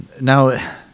Now